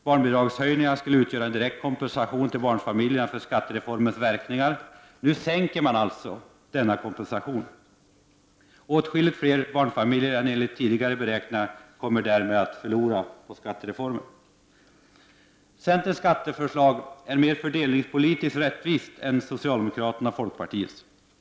Barnbidragshöjningarna skulle utgöra en direkt kompensation till barnfamiljerna för skattereformens verkningar. Nu sänks alltså denna kompensation. Åtskilligt fler barnfamiljer än enligt tidigare beräkningar kommer därmed att förlora på skattereformen. Centerns skatteförslag är mer fördelningspolitiskt rättvist än socialdemokraternas och folkpartiets.